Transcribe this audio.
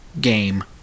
game